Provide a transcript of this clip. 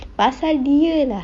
pasal dia lah